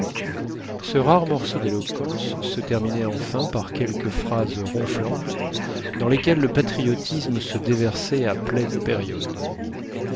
ce rare morceau d'éloquence se terminait enfin par quelques phrases ronflantes dans lesquelles le patriotisme se déversait à pleines périodes